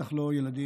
ובטח לא ילדים,